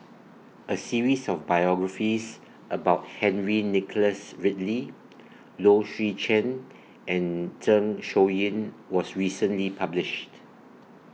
A series of biographies about Henry Nicholas Ridley Low Swee Chen and Zeng Shouyin was recently published